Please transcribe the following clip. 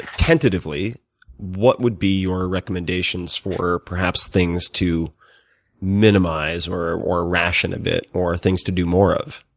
tentatively what would be your recommendations for perhaps things to minimize or or ration a bit or things to do more of?